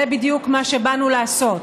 זה בדיוק מה שבאנו לעשות.